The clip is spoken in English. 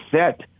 set